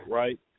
right